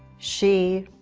she